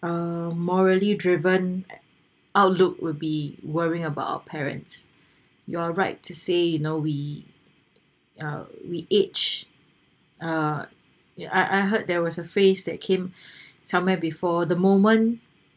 uh morally driven outlook will be worrying about our parents you're right to say you know we uh we age ah yeah I I heard there was a phrase that came somewhere before the moment